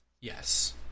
Yes